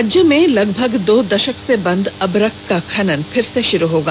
राज्य में लगभग दो दशक से बंद अभ्रक का खनन फिर से शुरू होगा